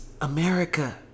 america